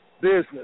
business